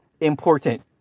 important